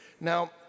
Now